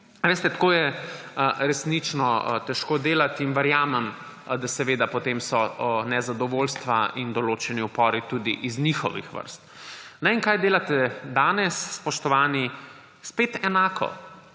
Veste, tako je resnično težko delati in verjamem, da so potem nezadovoljstva in določeni upori tudi iz njihovih vrst. In kaj delate danes, spoštovani? Spet enako.